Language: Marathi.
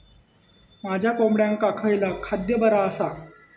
माझ्या कोंबड्यांका खयला खाद्य बरा आसा?